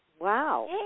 Wow